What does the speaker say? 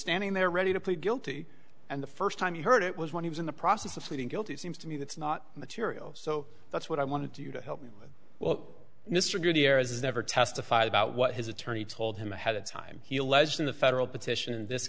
standing there ready to plead guilty and the first time you heard it was when he was in the process of pleading guilty it seems to me that's not material so that's what i wanted to you to help me with well mr gutierrez has never testified about what his attorney told him ahead of time he alleged in the federal petition in this